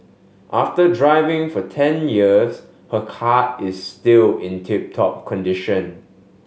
after driving for ten years her car is still in tip top condition